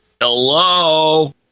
Hello